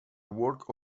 walk